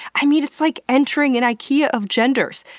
i mean it's like entering an ikea of genders.